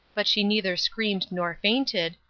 but she neither screamed nor fainted,